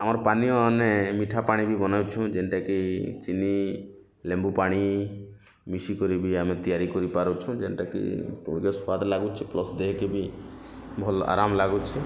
ଆମର ପାନୀୟମାନେ ଏମିତି ମିଠା ପାଣି କି ବନାଉଛୁଁ ଯେନ୍ଟା କି ଚିନି ଲେମ୍ୱୁ ପାଣି ମିଶି କରି ଆମେ ତିଆରି କରି ପାରୁଛୁଁ ଯେନ୍ଟା କି ପୁରା ସ୍ୱାଦ ଲାଗୁଛି ପ୍ଲସ୍ ଦେହ କେ ବି ଭଲ୍ ଆରାମ୍ ଲାଗୁଛି